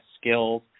skills